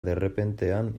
derrepentean